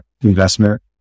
investment